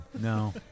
No